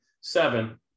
Seven